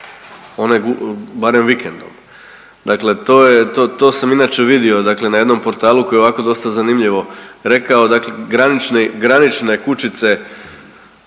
onaj, barem vikendom. Dakle, to je, to sam inače vidio dakle na jednom portalu koji je ovako dosta zanimljivo rekao, dakle granične kućice